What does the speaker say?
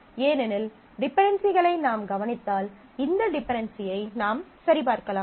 ஏனெனில் டிபென்டென்சிகளை நாம் கவனித்தால் இந்த டிபென்டென்சியை நாம் சரிபார்க்கலாம்